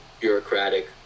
bureaucratic